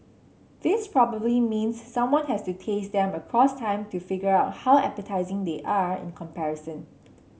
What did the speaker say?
this probably means someone has to taste them across time to figure out how appetising they are in comparison